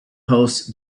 host